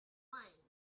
wine